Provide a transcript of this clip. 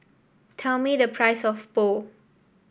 tell me the price of Pho